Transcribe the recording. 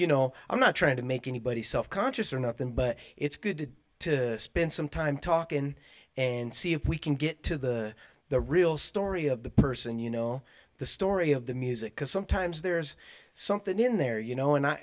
you know i'm not trying to make anybody self conscious or not them but it's good to spend some time talking and see if we can get to the the real story of the person you know the story of the music because sometimes there's something in there you know and